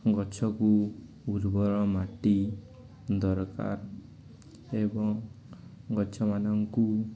ଗଛକୁ ଉର୍ବର ମାଟି ଦରକାର ଏବଂ ଗଛମାନଙ୍କୁ